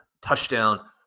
touchdown